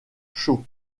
chaud